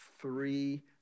three